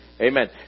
Amen